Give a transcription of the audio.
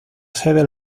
sede